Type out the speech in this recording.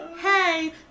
hey